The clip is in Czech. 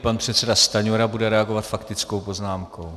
Pan předseda Stanjura bude reagovat faktickou poznámkou.